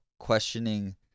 questioning